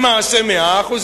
למעשה 100%,